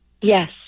Yes